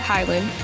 Highland